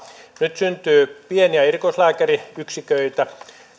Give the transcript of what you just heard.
nyt syntyy pieniä erikoislääkäriyksiköitä